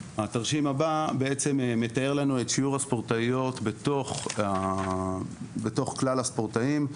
התרשים הבא מתאר את שיעור הספורטאיות בתוך כלל הספורטאים.